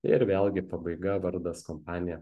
ir vėlgi pabaiga vardas kompanija